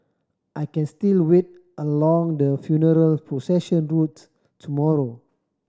I can still wait along the funeral procession route tomorrow